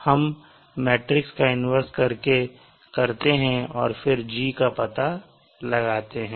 हम मैट्रिक्स का इन्वर्स करते हैं और फिर G का पता लगाते हैं